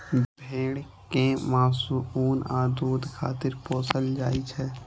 भेड़ कें मासु, ऊन आ दूध खातिर पोसल जाइ छै